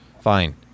Fine